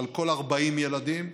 על כל 40 ילדים,